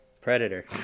Predator